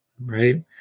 Right